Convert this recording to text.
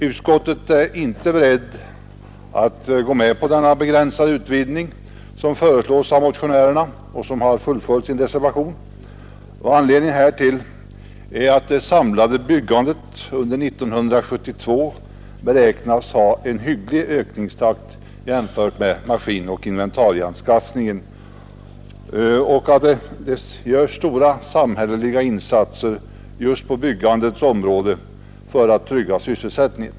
Utskottet är inte berett att gå med på den begränsade utvidgning som föreslås av motionärerna och som fullföljs i en reservation. Anledningen härtill är att det samlade byggandet under 1972 beräknas få en hygglig ökningstakt i jämförelse med maskinoch inventarieanskaffningen samt att det görs stora samhälleliga insatser just på byggandets område för att trygga sysselsättningen.